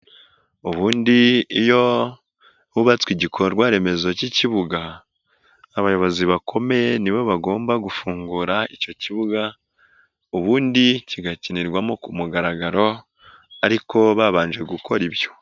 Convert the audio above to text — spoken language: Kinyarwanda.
Ubundi iyo hubatswe igikorwa remezo cy'ikibuga, abayobozi bakomeye nibo bagomba gufungura icyo kibuga ubundi kigakinirwamo ku mugaragaro ariko babanje gukora ibyo.